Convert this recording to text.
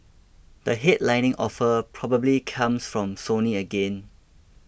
the headlining offer probably comes from Sony again